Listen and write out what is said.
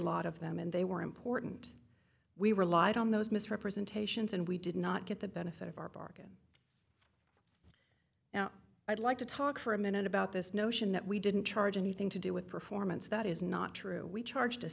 lot of them and they were important we relied on those misrepresentations and we did not get the benefit of our bargain now i'd like to talk for a minute about this notion that we didn't charge anything to do with performance that is not true we charge